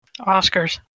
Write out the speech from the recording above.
Oscars